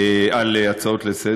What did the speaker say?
עשה,